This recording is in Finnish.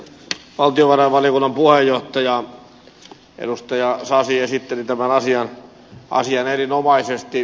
valtiovarainvaliokunnan puheenjohtaja edustaja sasi esitteli tämän asian erinomaisesti